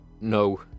No